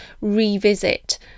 revisit